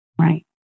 Right